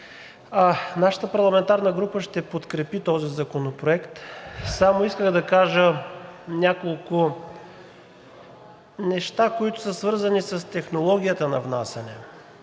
Нашата парламентарна група ще подкрепи този законопроект. Само исках да кажа няколко неща, свързани с технологията на внасяне.